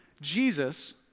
Jesus